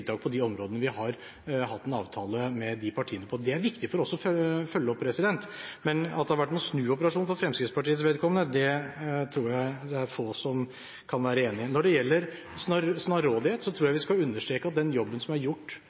på de områdene vi har hatt en avtale med de partiene på. Det er viktig for oss å følge opp, men at det har vært noen snuoperasjon for Fremskrittspartiets vedkommende, tror jeg det er få som kan være enig i. Når det gjelder snarrådighet, tror jeg vi skal understreke at den jobben som er gjort